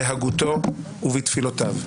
בהגותו ובתפילותיו.